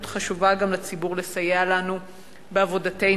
חשובה גם לציבור לסייע לנו בעבודתנו.